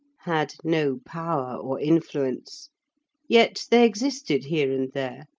had no power or influence yet they existed here and there,